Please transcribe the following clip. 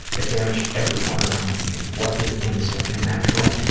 it damaged everyone around me. what is innocent and natural,